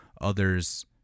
others